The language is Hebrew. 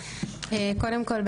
קודם כל,